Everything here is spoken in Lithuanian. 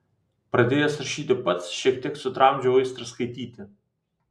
pradėjęs rašyti pats šiek tiek sutramdžiau aistrą skaityti